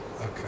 Okay